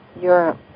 Europe